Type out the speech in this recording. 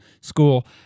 school